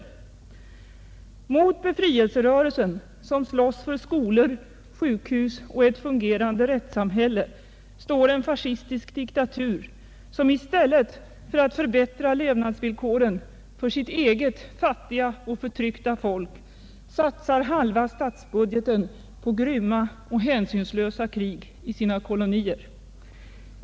Mot befrielscrörelsen, som slåss för skolor, sjukhus och ett fungerande rättssamhälle, står en fascistisk diktatur, som i stället för att förbättra levnadsvillkoren för sitt eget fattiga och förtryckta folk, satsar halva statsbudgeten på grymma och hänsynslösa krig i sina kolonier.